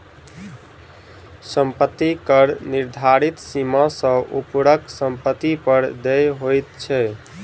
सम्पत्ति कर निर्धारित सीमा सॅ ऊपरक सम्पत्ति पर देय होइत छै